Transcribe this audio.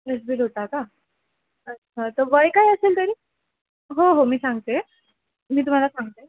होता का अच्छा तर वय काय असेल तरी हो हो मी सांगते मी तुम्हाला सांगते